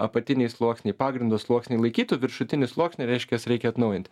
apatiniai sluoksniai pagrindo sluoksniai laikytų viršutinį sluoksnį reiškias reikia atnaujint